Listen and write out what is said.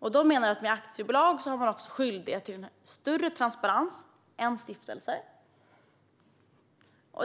Ägarna menar att med aktiebolag har man också skyldighet att ha större transparens än i stiftelser.